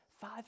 Five